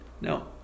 No